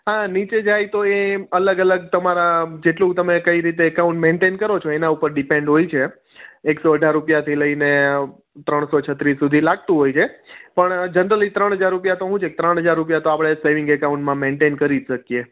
હા નીચે જાય તો એ અલગ અલગ તમારા જેટલું તમે કઈ રીતે એકાઉન્ટ મેન્ટેન કરો છો એના ઉપર ડીપેન્ડ હોય છે એકસો અઢાર રૂપિયાથી લઈને ત્રણસો છત્રીસ સુધી લાગતું હોય છે પણ જનરલી ત્રણ હજાર રૂપિયા તો શું છે કે ત્રણ હજાર રૂપિયા તો આપણે સેવિંગ એકાઉન્ટમાં મેન્ટેન કરી શકીએ